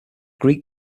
greek